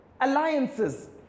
alliances